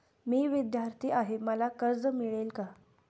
मी विद्यार्थी आहे तर मला कर्ज मिळेल का?